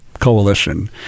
coalition